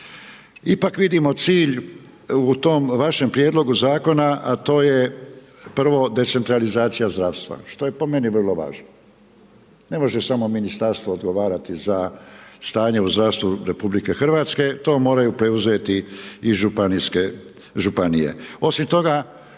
ipak vidimo cilj u tom vašem prijedlogu zakona a to je prvo, decentralizacija zdravstva što je po meni vrlo važno. Ne može samo ministarstvo odgovarati za stanje u zdravstvu RH, to moraju preuzeti i županije. Osim toga,